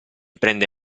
prende